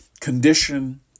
condition